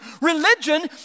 Religion